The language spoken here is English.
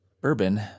bourbon